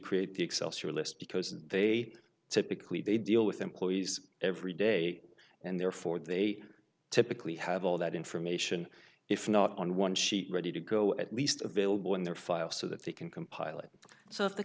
create the excelsior list because they typically they deal with employees every day and therefore they typically have all that information if not on one sheet ready to go at least available in their file so that they can compile it so if the